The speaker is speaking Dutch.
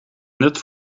net